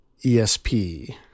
ESP